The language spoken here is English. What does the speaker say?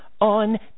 on